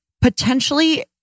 potentially